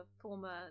former